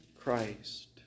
Christ